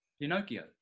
Pinocchio